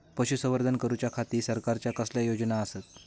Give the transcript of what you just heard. पशुसंवर्धन करूच्या खाती सरकारच्या कसल्या योजना आसत?